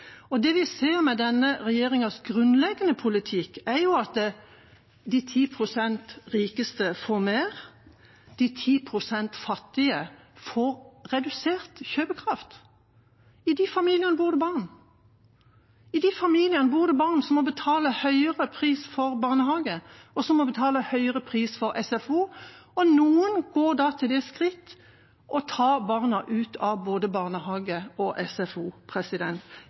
Det vi ser med denne regjeringas grunnleggende politikk, er jo at de 10 pst. rikeste får mer, mens de 10 pst. fattige får redusert kjøpekraft. I de familiene er det barn. I de familiene er det barn som må betale høyere pris for barnehage og SFO, og noen går da til det skritt å ta barna ut av både barnehage og SFO.